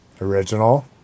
Original